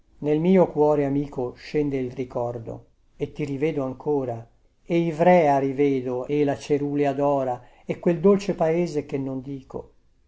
nel mio cuore amico scende il ricordo e ti rivedo ancora e ivrea rivedo e la cerulea dora e quel dolce paese che non dico